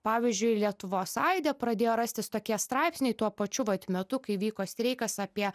pavyzdžiui lietuvos aide pradėjo rastis tokie straipsniai tuo pačiu vat metu kai vyko streikas apie